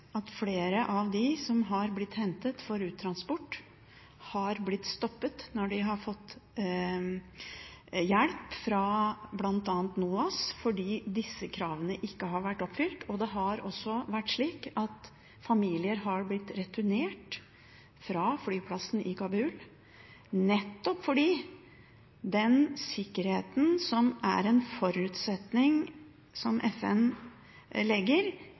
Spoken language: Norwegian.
at flere av dem som har blitt hentet for uttransport, har blitt stoppet når de har fått hjelp fra bl.a. NOAS, fordi disse kravene ikke har vært oppfylt. Det er også slik at familier har blitt returnert fra flyplassen i Kabul nettopp fordi sikkerheten, som er en forutsetning som FN legger